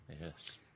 Yes